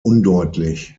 undeutlich